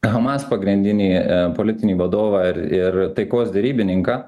hamas pagrindinį e politinį vadovą ir ir taikos derybininką